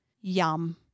Yum